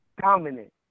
dominant